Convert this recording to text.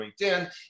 LinkedIn